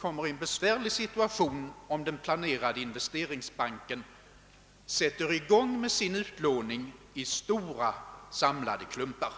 råkar i en besvärlig situation om den planerade investeringsbanken sätter i gång med sin utlåning i stora, samlade klumpar.